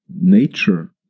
nature